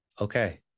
okay